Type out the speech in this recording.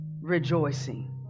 rejoicing